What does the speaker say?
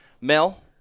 Mel